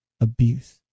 abuse